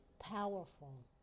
powerful